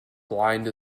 blind